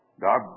God